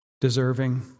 deserving